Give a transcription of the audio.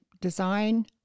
design